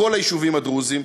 בכל היישובים הדרוזיים.